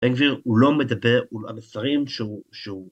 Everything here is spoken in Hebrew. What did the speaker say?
בן גביר הוא לא מדבר על המסרים שהוא